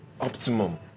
optimum